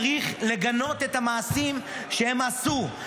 צריך לגנות את המעשים שהם עשו,